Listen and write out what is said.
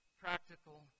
practical